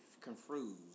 confused